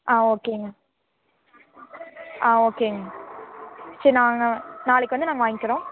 ஆ ஓகேங்க ஆ ஓகேங்க சரி நாங்கள் நாளைக்கு வந்து நாங்கள் வாங்கிக்கிறோம்